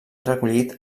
recollit